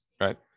right